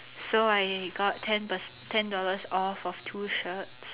so I got ten perc~ ten dollars off of two shirts